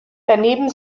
daneben